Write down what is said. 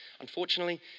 Unfortunately